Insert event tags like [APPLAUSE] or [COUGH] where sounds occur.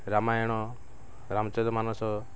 Ramayana Ram [UNINTELLIGIBLE] Manas